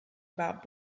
about